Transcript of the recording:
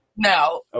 No